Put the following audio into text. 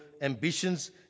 ambitions